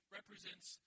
represents